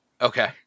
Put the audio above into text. Okay